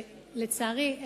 לצערי,